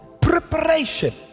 preparation